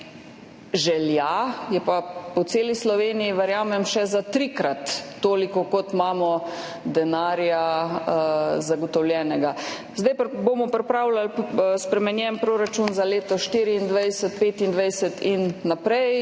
želja je pa po celi Sloveniji, verjamem, še za trikrat toliko, kot imamo denarja zagotovljenega. Zdaj bomo pripravljali spremenjen proračun za leto 2024–2025 in naprej